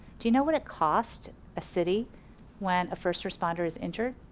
do you know what it costs a city when a first responder is injured?